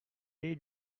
they